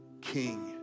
King